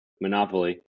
Monopoly